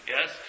Yes